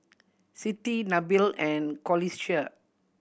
Siti Nabil and Qalisha